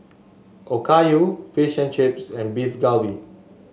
Okayu Fish and Chips and Beef Galbi